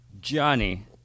Johnny